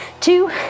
two